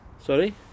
Sorry